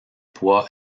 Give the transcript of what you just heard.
poids